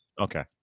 Okay